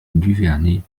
duvernet